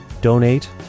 donate